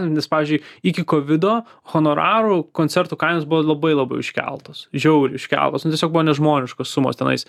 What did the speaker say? nes pavyzdžiui iki kovido honorarų koncertų kainos buvo labai labai užkeltos žiauriai iškeltos nu tiesiog buvo nežmoniškos sumos tenais